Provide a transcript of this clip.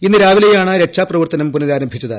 ഇന്ന് രാവിലെയാണ് രക്ഷാപ്രവർത്തനം പുനരാംരംഭിച്ചത്